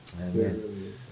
Amen